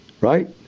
Right